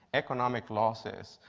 economic losses,